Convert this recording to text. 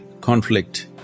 conflict